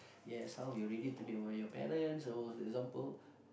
yes how we all ready to meet one of your parents or how example